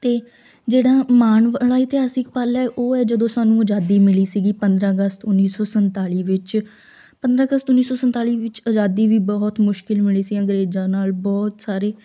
ਅਤੇ ਜਿਹੜਾ ਮਾਣ ਵਾਲਾ ਇਤਿਹਾਸਿਕ ਪਲ ਹੈ ਉਹ ਹੈ ਜਦੋਂ ਸਾਨੂੰ ਅਜ਼ਾਦੀ ਮਿਲੀ ਸੀਗੀ ਪੰਦਰ੍ਹਾਂ ਅਗਸਤ ਉੱਨੀ ਸੌ ਸੰਤਾਲੀ ਵਿੱਚ ਪੰਦਰ੍ਹਾਂ ਅਗਸਤ ਉੱਨੀ ਸੌ ਸੰਤਾਲੀ ਵਿੱਚ ਅਜ਼ਾਦੀ ਵੀ ਬਹੁਤ ਮੁਸ਼ਕਲ ਮਿਲੀ ਸੀ ਅੰਗਰੇਜ਼ਾਂ ਨਾਲ ਬਹੁਤ ਸਾਰੇ